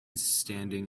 standing